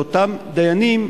שאותם דיינים,